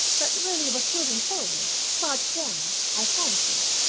but willie was moving forward, crouched down, i fancied,